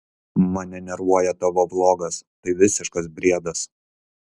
mane nervuoja tavo vlogas tai visiškas briedas